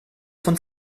von